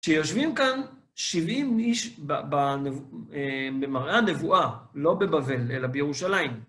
שיושבים כאן 70 איש במראה הנבואה, לא בבבל, אלא בירושלים.